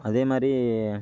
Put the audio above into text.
அதேமாதிரி